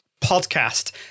podcast